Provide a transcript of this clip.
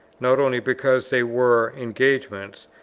not only because they were engagements,